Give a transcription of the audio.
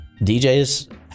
djs